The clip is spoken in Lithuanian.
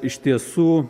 iš tiesų